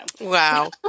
Wow